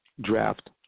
draft